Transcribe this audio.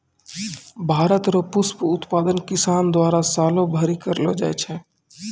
भारत रो पुष्प उत्पादन किसान द्वारा सालो भरी करलो जाय छै